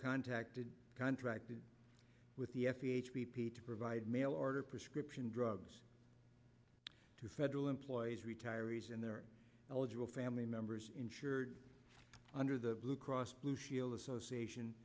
contacted contracted with the f d a b p to provide mail order prescription drugs to federal employees retirees and they're eligible family members insured under the blue cross blue shield association